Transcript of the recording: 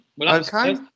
okay